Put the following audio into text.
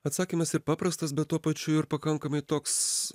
atsakymas ir paprastas bet tuo pačiu ir pakankamai toks